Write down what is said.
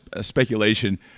speculation